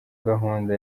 gahunda